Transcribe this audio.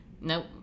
nope